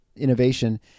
innovation